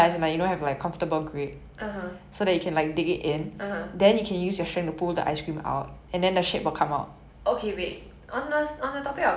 okay wait on the on the topic of ice cream scoop right there's many many shapes do you mean like the small round one or the long the bigger flat one